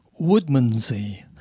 Woodmansey